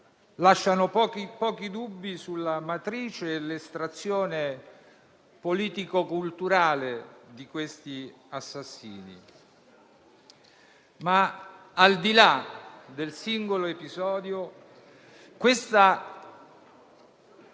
lasciano pochi dubbi sulla matrice e sull'estrazione politico-culturale di questi assassini, che tuttavia, al di là del singolo episodio, ci